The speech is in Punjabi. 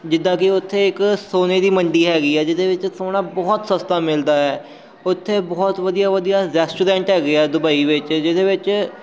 ਜਿੱਦਾਂ ਕਿ ਉੱਥੇ ਇੱਕ ਸੋਨੇ ਦੀ ਮੰਡੀ ਹੈਗੀ ਆ ਜਿਹਦੇ ਵਿੱਚ ਸੋਨਾ ਬਹੁਤ ਸਸਤਾ ਮਿਲਦਾ ਹੈ ਉੱਥੇ ਬਹੁਤ ਵਧੀਆ ਵਧੀਆ ਰੈਸਟੋਰੈਂਟ ਹੈਗੇ ਆ ਦੁਬਈ ਵਿੱਚ ਜਿਹਦੇ ਵਿੱਚ